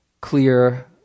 clear